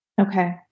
Okay